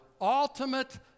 ultimate